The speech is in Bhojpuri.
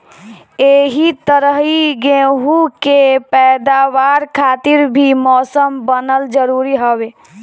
एही तरही गेंहू के पैदावार खातिर भी मौसम बनल जरुरी हवे